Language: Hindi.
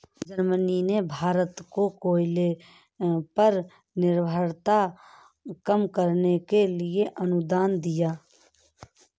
जर्मनी ने भारत को कोयले पर निर्भरता कम करने के लिए अनुदान दिया